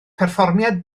perfformiad